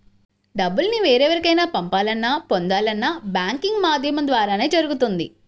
డబ్బుల్ని వేరెవరికైనా పంపాలన్నా, పొందాలన్నా బ్యాంకింగ్ మాధ్యమం ద్వారానే జరుగుతుంది